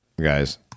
guys